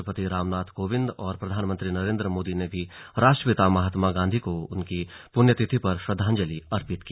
राष्ट्रपति रामनाथ कोविंद और प्रधानमंत्री नरेन्द्र मोदी ने भी राष्ट्रपिता महात्मा गांधी को उनकी पुण्यतिथि पर श्रद्वाजलि अर्पित की